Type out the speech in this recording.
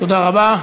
תודה רבה.